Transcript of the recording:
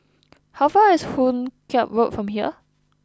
how far away is Hoot Kiam Road from here